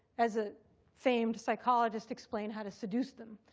as a famed psychologist, explain how to seduce them.